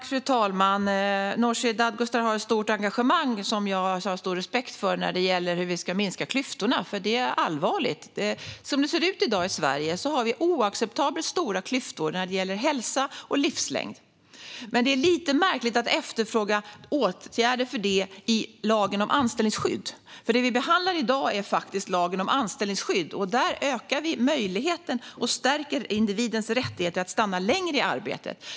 Fru talman! Nooshi Dadgostar har ett stort engagemang när det gäller hur vi ska minska klyftorna, vilket jag har stor respekt för. Det här är allvarligt. Som det ser ut i dag i Sverige har vi oacceptabelt stora klyftor när det gäller hälsa och livslängd. Men det är lite märkligt att efterfråga åtgärder mot det i lagen om anställningsskydd. Det vi behandlar i dag är lagen om anställningsskydd. Där ökar vi möjligheten och stärker individens rättighet att stanna längre i arbetet.